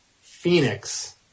Phoenix